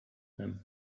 them